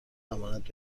امانت